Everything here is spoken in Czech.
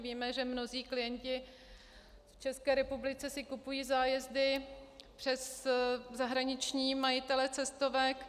Víme, že mnozí klienti v České republice si kupují zájezdy přes zahraniční majitele cestovek.